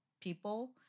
people